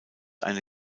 eine